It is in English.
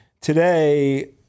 today